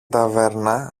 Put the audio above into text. ταβέρνα